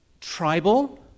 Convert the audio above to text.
tribal